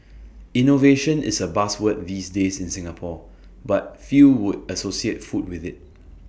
innovation is A buzzword these days in Singapore but few would associate food with IT